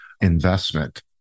investment